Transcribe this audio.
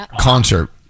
concert